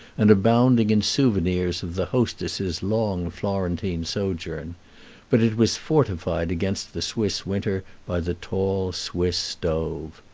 and abounding in souvenirs of the hostess's long florentine sojourn but it was fortified against the swiss winter by the tall swiss stove.